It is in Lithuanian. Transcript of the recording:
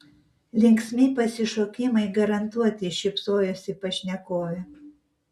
linksmi pasišokimai garantuoti šypsojosi pašnekovė